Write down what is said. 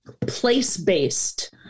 place-based